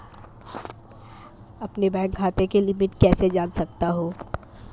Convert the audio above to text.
अपने बैंक खाते की लिमिट कैसे जान सकता हूं?